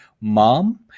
mom